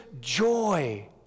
joy